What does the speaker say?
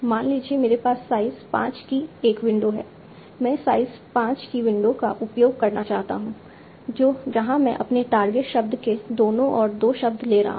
मान लीजिए मेरे पास साइज़ 5 की एक विंडो है मैं साइज़ 5 की विंडो का उपयोग करना चाहता हूं जहां मैं अपने टारगेट शब्द के दोनों ओर 2 शब्द ले रहा हूं